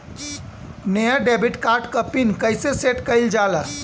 नया debit card क PIN कईसे सेट कईल जाला?